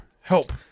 Help